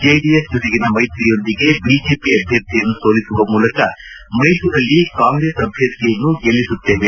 JDS ಜೊತೆಗಿನ ಮೈತ್ರಿಯೊಂದಿಗೆ BJP ಅಭ್ಯರ್ಥಿಯನ್ನು ಸೋಲಿಸುವ ಮೂಲಕ ಮೈಸೂರಲ್ಲಿ ಕಾಂಗ್ರೆಸ್ ಅಭ್ವರ್ಥಿಯನ್ನು ಗೆಲ್ಲಿಸುತ್ತೇವೆ